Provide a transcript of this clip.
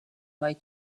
vaid